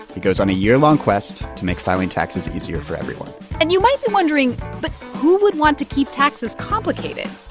he goes on a year-long quest to make filing taxes easier for everyone and you might be wondering but who would want to keep taxes complicated?